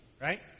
right